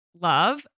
love